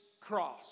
cross